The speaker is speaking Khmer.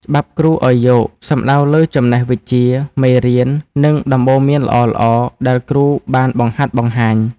«ច្បាប់គ្រូឱ្យយក» សំដៅលើចំណេះវិជ្ជា មេរៀន និងដំបូន្មានល្អៗដែលគ្រូបានបង្ហាត់បង្ហាញ។